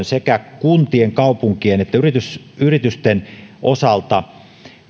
sekä kuntien kaupunkien että yritysten yritysten osalta